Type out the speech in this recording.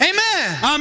Amen